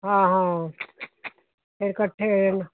ਹਾਂ ਹਾਂ ਇਕੱਠੇ